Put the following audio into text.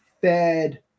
fed